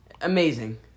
amazing